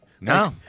No